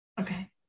Okay